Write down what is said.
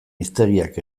hiztegiak